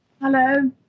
Hello